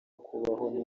kubaho